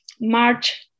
March